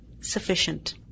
sufficient